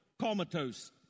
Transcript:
comatose